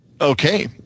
okay